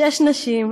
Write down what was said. שש נשים,